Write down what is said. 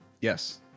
Yes